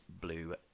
blue